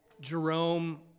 Jerome